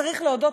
צריך להודות,